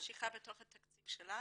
ממשיכה בתוך התקציב שלה